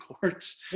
courts